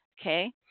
Okay